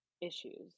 issues